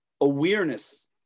awareness